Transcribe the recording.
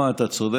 אוסאמה, אתה צודק.